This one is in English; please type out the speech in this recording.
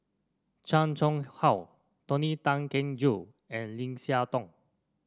Chan Chang How Tony Tan Keng Joo and Lim Siah Tong